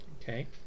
Okay